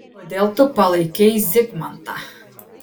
kodėl tu palaikei zygmantą